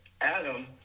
Adam